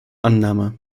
annahme